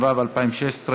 התשע"ו 2016,